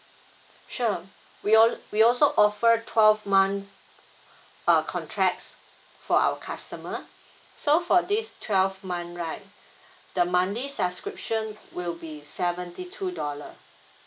sure we all we also offer twelve month err contracts for our customer so for these twelve month right the monthly subscription will be seventy two dollar